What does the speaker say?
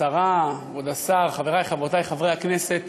השרה, כבוד השר, חברי וחברותי חברי הכנסת,